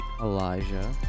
Elijah